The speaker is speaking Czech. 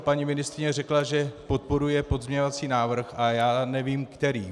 Paní ministryně řekla, že podporuje pozměňovací návrh, a já nevím který.